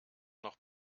noch